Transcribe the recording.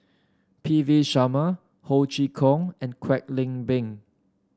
P V Sharma Ho Chee Kong and Kwek Leng Beng